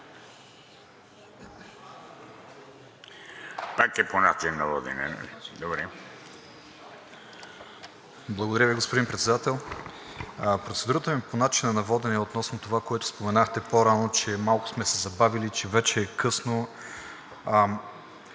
(Продължаваме Промяната): Благодаря, господин Председател. Процедурата ми по начина на водене е относно това, което споменахте по-рано, че малко сме се забавили и вече е късно.